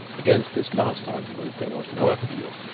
against this last argument there was no appeal.